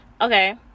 okay